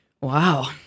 Wow